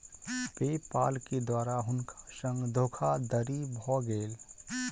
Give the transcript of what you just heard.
पे पाल के द्वारा हुनका संग धोखादड़ी भ गेल